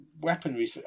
weaponry